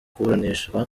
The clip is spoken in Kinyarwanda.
kuburanishwa